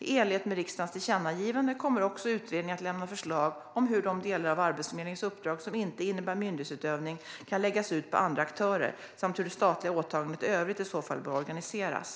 I enlighet med riksdagens tillkännagivande kommer utredningen också att lämna förslag om hur de delar av Arbetsförmedlingens uppdrag som inte innebär myndighetsutövning kan läggas ut på andra aktörer samt om hur det statliga åtagandet i övrigt i så fall bör organiseras.